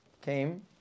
came